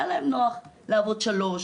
היה להם נוח לעבוד שלוש,